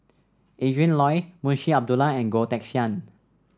Adrin Loi Munshi Abdullah and Goh Teck Sian